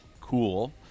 cool